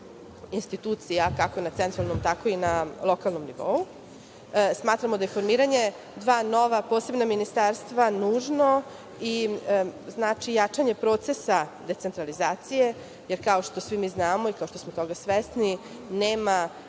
institucija, kako na centralnom, tako i na lokalnom nivou. Smatramo da je formiranje dva nova posebna ministarstva nužno i znači jačanje procesa decentralizacije, jer kao što svi mi znamo i kao što smo toga svesni nema